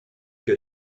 que